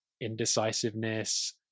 indecisiveness